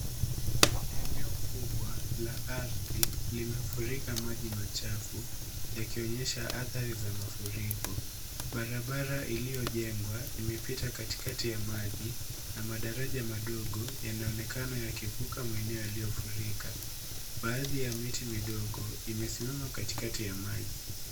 Eneo kubwa la ardhi limefurika maji machafu yakionyesha athari za mafuriko. Barabara iliyojengwa imepita katikati ya maji na madaraja madogo yanaonekana yakivuka maeneo yaliyofurika. Baadhi ya miti midogo imesimama katikati ya maji.